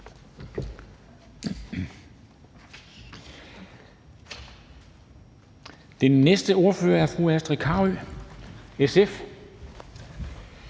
Den næste ordfører er fru Astrid Carøe, SF.